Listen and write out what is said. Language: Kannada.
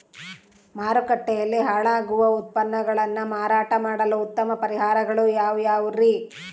ಮಾರುಕಟ್ಟೆಯಲ್ಲಿ ಹಾಳಾಗುವ ಉತ್ಪನ್ನಗಳನ್ನ ಮಾರಾಟ ಮಾಡಲು ಉತ್ತಮ ಪರಿಹಾರಗಳು ಯಾವ್ಯಾವುರಿ?